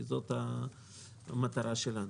כי זאת המטרה שלנו.